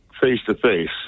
face-to-face